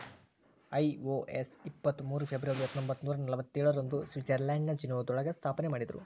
IOS ಇಪ್ಪತ್ ಮೂರು February ಹತ್ತೊಂಬತ್ನೂರಾ ನಲ್ವತ್ತೇಳ ರಂದು ಸ್ವಿಟ್ಜರ್ಲೆಂಡ್ನ ಜಿನೇವಾದೊಳಗ ಸ್ಥಾಪನೆಮಾಡಿದ್ರು